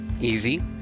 easy